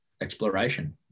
exploration